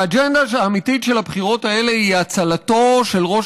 האג'נדה האמיתית של הבחירות האלה היא הצלתו של ראש